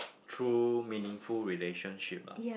true meaningful relationship lah